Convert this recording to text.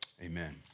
amen